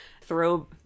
throw